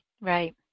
Right